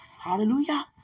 Hallelujah